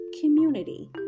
community